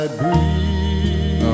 breathe